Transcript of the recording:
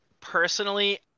personally